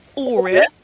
aurea